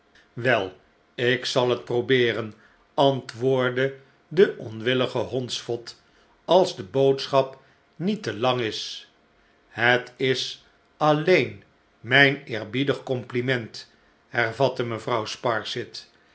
wel ik zal het probeeren antwoordde de onwillige hondsvot als de boodschap niet te lang is het is alleen mijn eerbiedig compliment hervatte mevrouw sparsit